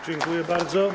Dziękuję bardzo.